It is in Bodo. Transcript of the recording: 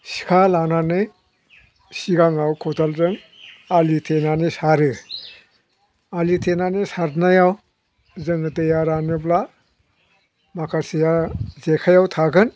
सिखा लानानै सिगाङाव खदालजों आलि थेनानै सारो आलि थेनानै सारनायाव जोङो दैया रानोब्ला माखासेया जेखाइयाव थागोन